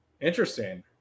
interesting